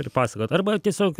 ir pasakot arba tiesiog